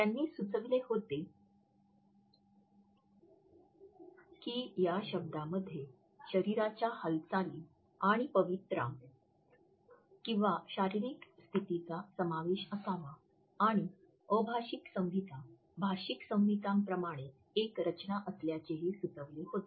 त्यांनी सुचवले होते की या शब्दामध्ये शरीराच्या हालचाली आणि पवित्रा किंवा शारीरिक स्थितीचा समावेश असावा आणि अभाषिक संहिता भाषिक संहितांप्रमाणेच एक रचना असल्याचेही सुचवले होते